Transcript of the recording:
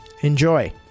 Enjoy